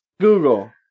Google